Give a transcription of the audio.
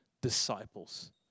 disciples